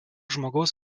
žmogaus